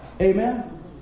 Amen